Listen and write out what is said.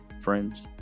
friends